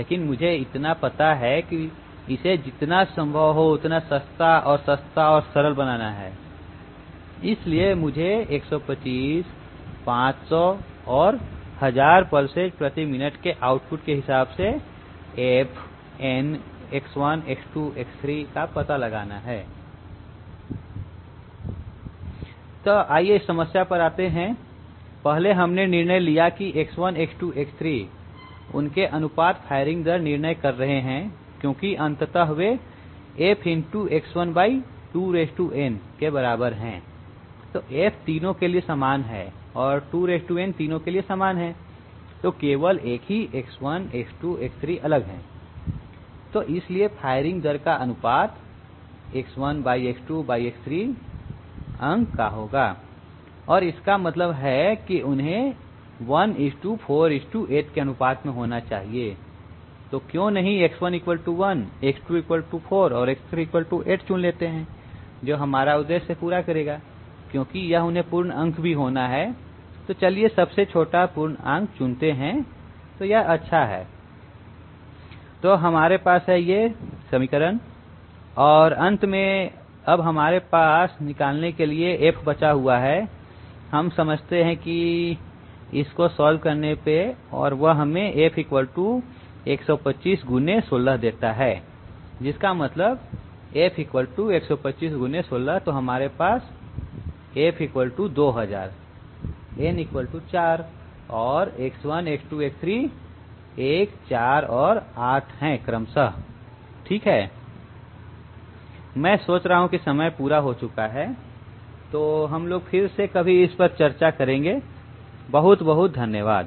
लेकिन मुझे केवल इतना पता है कि मुझे इसे जितना संभव हो उतना सस्ता और सस्ता और सरल बनाना है इसलिए मुझे 125 500 और 1000 पल्सेस प्रति मिनट के आउटपुट के हिसाब से f n X1 X2 X3 का पता लगाना है समस्या पर आते हैंपहले हमने निर्णय लिया है कि X1 X2 X3 उनके अनुपात फायरिंग दर निर्णय कर रहे हैं क्योंकि अंततः वे f×X1 2n के बराबर हैं तो f तीनों के लिए समान है और 2n तीनों के लिए समान है तो केवल एक ही X1 X2 X 3 अलग है तो इसलिए फायरिंग दर का अनुपात X1 X 2 X 3 अंक का होगा और इसका मतलब है उन्हें 1 4 8 अनुपात में होना चाहिए तो क्यों नहीं X1 1 X2 4 और X3 8 चुन लेते हैं जो हमारा उद्देश्य पूरा करेगा क्योंकि उन्हें पूर्ण अंक होना है तो चलिए सबसे छोटा पूर्ण अंक चुनते हैं तो यह अच्छा है तो हमारे पास है और अंत में अब हमारे पास निकालने के लिए f बचा हुआ है हम समझते हैं कि और वह हमें f 125 × 16 देता है जिसका सरल मतलब f 125 × 16 तो हमारे पास f 2000 n 4 और X1 X2 X3 क्रमशः 1 4 और 8 है ठीक है मैं सोच रहा हूं समयपूरा हो चुका है तो हम लोग फिर कभी इसपर चर्चा करेंगे बहुत बहुत धन्यवाद